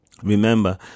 Remember